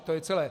To je celé.